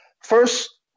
First